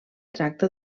tracta